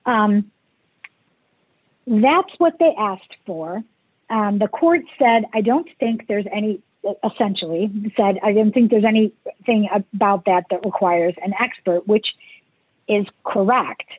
quote that's what they asked for the court said i don't think there's any that essentially said i don't think there's any thing about that that requires an expert which is correct